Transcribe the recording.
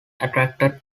attracted